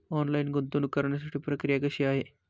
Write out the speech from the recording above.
Online गुंतवणूक करण्यासाठी प्रक्रिया कशी आहे?